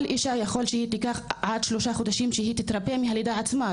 כל אישה יכול שהיא תיקח עד שלושה חודשים שהיא תתרפא מהלידה עצמה,